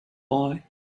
boy